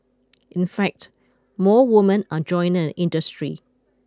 in fact more women are joining the industry